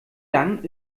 lang